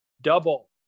double